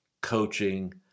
coaching